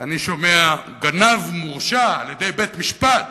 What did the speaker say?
אני שומע גנב מורשע על-ידי בית-משפט